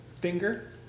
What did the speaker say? finger